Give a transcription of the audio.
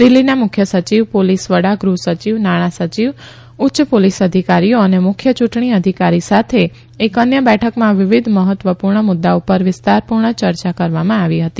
દિલ્ફીના મુખ્ય સચિવ પોલીસ વડાગૃહ સચિવ નાણા સયિવ ઉચ્ય પોલીસ અધિકારીઓ અને મુખ્ય યુંટણી અધિકારી સાથે એક અન્ય બેઠકમાં વિવિધ મહત્વપુર્ણ મુદ્દા પર વિસ્તારપુર્ણ યર્ચા કરવામાં આવી હતી